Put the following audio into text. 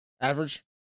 Average